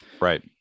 Right